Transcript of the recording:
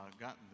gotten